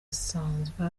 asanzwe